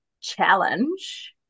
challenge